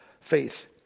faith